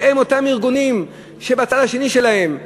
והם אותם ארגונים שבצד שלהם,